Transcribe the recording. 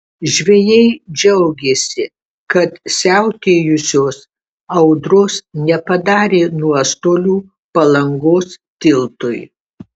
žvejai džiaugėsi kad siautėjusios audros nepadarė nuostolių palangos tiltui